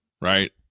right